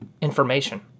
information